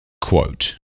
Quote